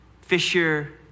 fisher